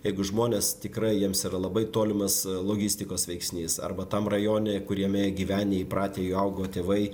jeigu žmonės tikrai jiems yra labai tolimas logistikos veiksnys arba tam rajone kuriame gyvenę įpratę jo augo tėvai